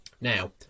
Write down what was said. Now